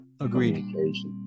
agreed